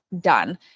done